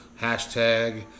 Hashtag